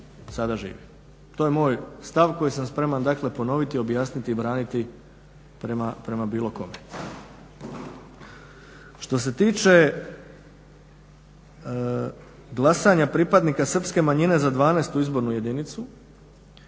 To je moj stav koji sam spreman ponoviti, objasniti i braniti prema bilo kome. Što se tiče glasanja pripadnika Srpske manjine za 12.izbornu jedinicu,